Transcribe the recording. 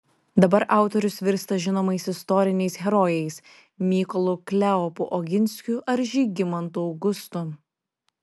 dabar autorius virsta žinomais istoriniais herojais mykolu kleopu oginskiu ar žygimantu augustu